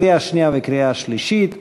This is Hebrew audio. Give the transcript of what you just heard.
לקריאה שנייה וקריאה שלישית.